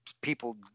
people